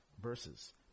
verses